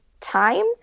time